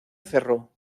cerró